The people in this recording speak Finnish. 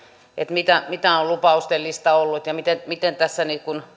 mitä mitä on lupausten lista ollut ja miten miten tässä